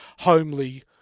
homely